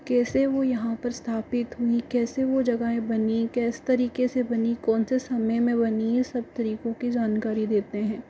कैसे वह यहाँ पर स्थापित हुई कैसे वह जगहें बनी कैसे तरीके से बनी कौन से समय में बनी यह सब तरीकों की जानकारी देते हैं